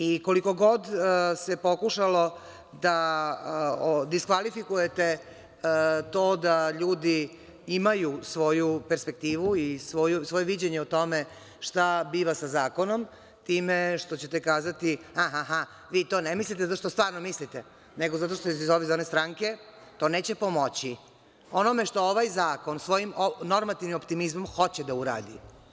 I koliko god se pokušalo da diskvalifikujete to da ljudi imaju svoju perspektivu i svoje viđenje o tome šta biva sa Zakonom, time što ćete kazati – ha, ha, ha, vi to ne mislite zato što stvarno mislite, nego zato što ste iz ove, iz one stranke, to neće pomoći onome što ovaj zakon svojim normativnim optimizmom hoće da uradi.